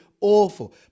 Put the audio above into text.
awful